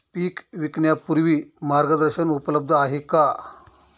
पीक विकण्यापूर्वी मार्गदर्शन उपलब्ध आहे का?